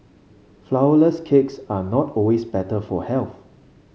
flourless cakes are not always better for health